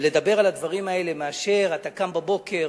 ולדבר על הדברים האלה, מאשר, אתה קם בבוקר